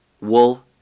wool